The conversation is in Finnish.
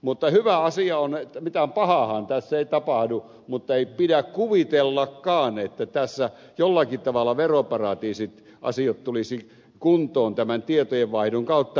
mutta hyvä asia on että mitään pahaahan tässä ei tapahdu mutta ei pidä kuvitellakaan että tässä jollakin tavalla veroparatiisiasiat tulisivat kuntoon tämän tietojenvaihdon kautta